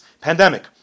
pandemic